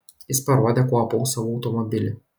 jis parodė kuo apaus savo automobilį